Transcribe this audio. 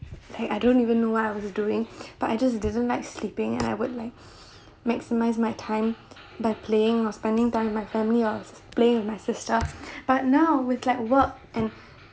like I don't even know what I was doing but I just didn't like sleeping and I would like maximise my time by playing or spending time with my family or playing with my sister but now with like work and